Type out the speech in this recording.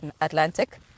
Atlantic